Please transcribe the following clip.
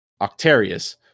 Octarius